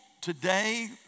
today